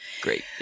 Great